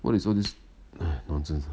what is all this nonsense uh